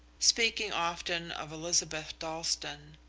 speaking often of elizabeth dalstan.